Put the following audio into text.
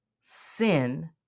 sin